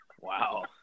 Wow